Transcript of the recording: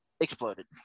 exploded